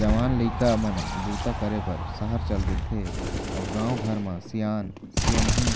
जवान लइका मन बूता करे बर सहर चल देथे अउ गाँव घर म सियान सियनहिन